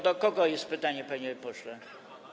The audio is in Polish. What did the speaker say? Do kogo jest to pytanie, panie pośle?